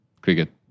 Cricket